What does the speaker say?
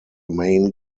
main